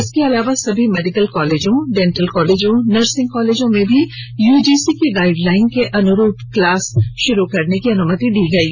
इसके अलावा सभी मेडिकल कॉलेजों डेंटल कॉलेज नर्सिंग कॉलेजों में भी यूजीसी के गाइडलाइन के अनुरूप क्लास शुरू करने की अनुमति दी गयी